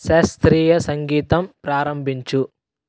శాస్త్రీయ సంగీతం ప్రారంభించు